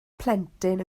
plentyn